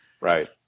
right